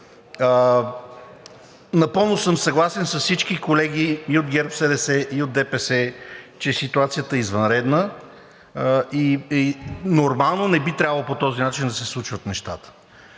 Напълно съм съгласен с всички колеги и от ГЕРБ-СДС, и от ДПС, че ситуацията е извънредна и нормално не би трябвало по този начин да се случват нещата.